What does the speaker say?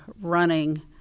running